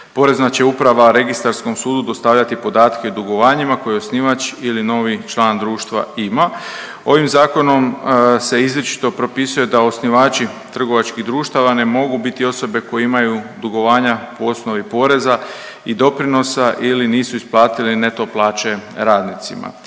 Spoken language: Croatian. Porezna će uprava registarskom sudu dostavljati podatke o dugovanjima koje osnivač ili novi član društva ima. Ovim zakonom se izričito propisuje da osnivači trgovačkih društava ne mogu biti osobe koje imaju dugovanja po osnovi poreza i doprinosa ili nisu isplatili neto plaće radnicima.